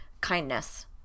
kindness